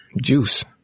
Juice